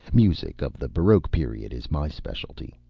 music of the baroque period is my specialty.